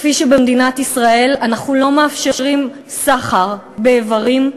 כפי שבמדינת ישראל אנחנו לא מאפשרים סחר באיברים,